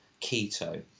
keto